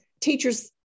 Teachers